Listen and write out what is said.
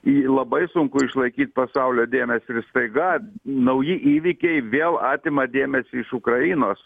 jį labai sunku išlaikyt pasaulio dėmesį ir staiga nauji įvykiai vėl atima dėmesį iš ukrainos